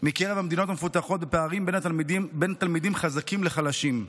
מקרב המדינות המפותחות בפערים בין תלמידים חזקים לחלשים.